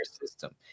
system